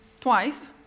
twice